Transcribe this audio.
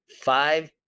five